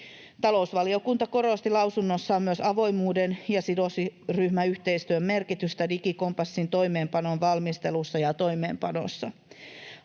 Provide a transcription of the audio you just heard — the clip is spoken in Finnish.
Talousvaliokunta korosti lausunnossaan myös avoimuuden ja sidosryhmäyhteistyön merkitystä digikompassin toimeenpanon valmistelussa ja toimeenpanossa.